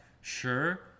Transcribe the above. sure